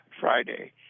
Friday